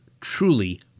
truly